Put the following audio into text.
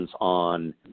on